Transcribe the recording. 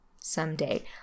someday